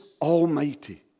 almighty